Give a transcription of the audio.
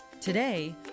Today